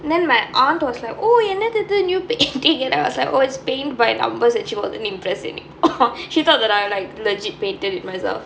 then my aunt was like oh என்னாது இது:ennaathu ithu new painting and then I was like oh it's paint by numbers and she wasn't impressed anymore she thought that I like legit painted it myself